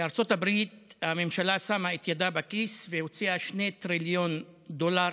בארצות הברית הממשלה שמה את ידה בכיס והוציאה 2 טריליון דולר